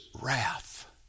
wrath